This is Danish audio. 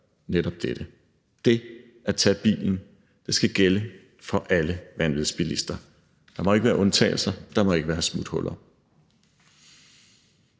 netop dette. Det at tage bilen skal gælde for alle vanvidsbilister. Der må ikke være undtagelser, og der må ikke være smuthuller.